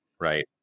Right